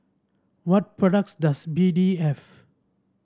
what products does B D have